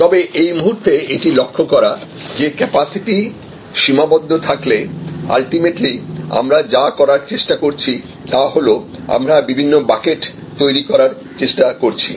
তবে এই মুহুর্তে এটি লক্ষ করা যে ক্যাপাসিটি সীমাবদ্ধ থাকলে আলটিমেটলি আমরা যা করার চেষ্টা করছি তা হল আমরা বিভিন্ন বাকেট তৈরি করার চেষ্টা করছি